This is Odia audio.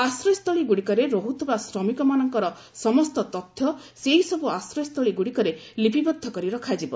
ଆଶ୍ରୟସ୍ଥଳୀଗୁଡ଼ିକରେ ରହୁଥିବା ଶ୍ରମିକମାନଙ୍କର ସମସ୍ତ ତଥ୍ୟ ସେହିସବୁ ଆଶ୍ରୟସ୍ଥଳୀଗୁଡ଼ିକରେ ଲିପିବଦ୍ଧ କରି ରଖାଯିବ